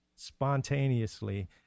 spontaneously